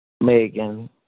Megan